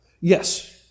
Yes